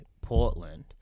Portland